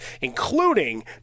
including